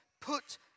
put